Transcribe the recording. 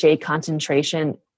concentration